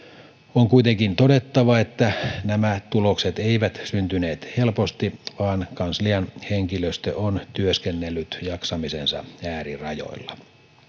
on kuitenkin todettava että nämä tulokset eivät syntyneet helposti vaan kanslian henkilöstö on työskennellyt jaksamisensa äärirajoilla